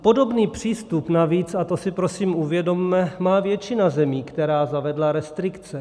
Podobný přístup navíc, a to si prosím uvědomme, má většina zemí, která zavedla restrikce.